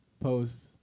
post